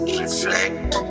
reflect